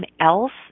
else